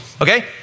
okay